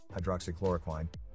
hydroxychloroquine